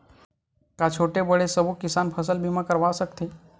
का छोटे बड़े सबो किसान फसल बीमा करवा सकथे?